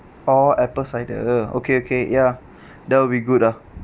orh apple cider okay okay ya that'll be good ah